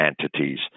entities